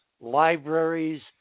libraries